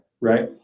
right